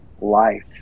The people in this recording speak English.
life